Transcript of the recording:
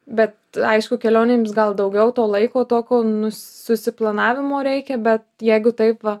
bet aišku kelionėms gal daugiau to laiko tokio nusi susiplanavimo reikia bet jeigu taip va